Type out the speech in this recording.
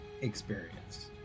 experience